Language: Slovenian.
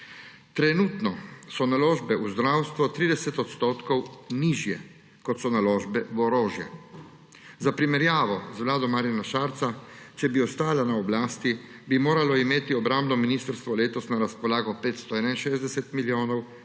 Trenutno so naložbe v zdravstvo 30 % nižje, kot so naložbe v orožje. Za primerjavo, z vlado Marjana Šarca, če bi ostala na oblasti, bi moralo imeti obrambno ministrstvo letos na razpolago 561 milijonov